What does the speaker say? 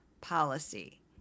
policy